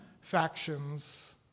factions